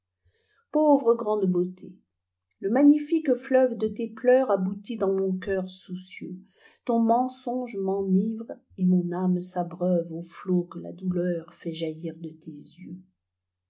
pauvre grande beauté i le magnifique fleuvede tes pleurs aboutit dans mon cœur soucieux ton mensonge m'enivre et mon âme s'abreuveaux flots que la douleur fait jaillir de tes yeuxl